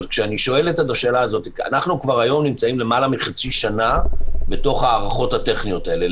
כבר היום אנחנו נמצאים למעלה מחצי שנה בהארכות הטכניות האלה.